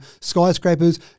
skyscrapers